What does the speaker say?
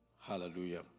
Hallelujah